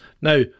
now